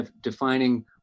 defining